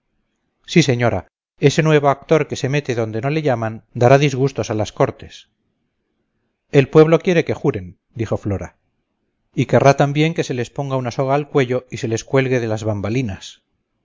sí señora ese nuevo actor que se mete donde no le llaman dará disgustos a las cortes el pueblo quiere que juren dijo flora y querrá también que se les ponga una soga al cuello y se les cuelgue de las bambalinas